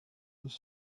was